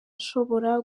nshobora